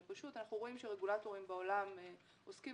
אנחנו רואים שרגולטורים בעולם עוסקים